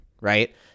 right